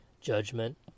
Judgment